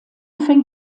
fängt